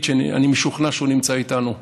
אני משוכנע שדוד נמצא איתנו,